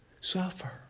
Suffer